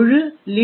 முழு libmylib